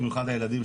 במיוחד הילדים,